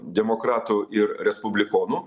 demokratų ir respublikonų